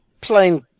Plain